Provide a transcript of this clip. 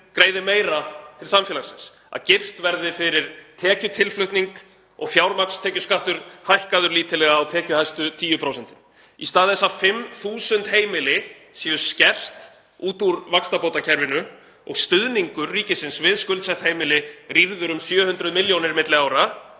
greiði meira til samfélagsins, að girt verði fyrir tekjutilflutning og fjármagnstekjuskattur hækkaður lítillega á tekjuhæstu 10%. Í stað þess að 5.000 heimili séu skert út úr vaxtabótakerfinu og stuðningur ríkisins við skuldsett heimili rýrður um 700 milljónir milli ára,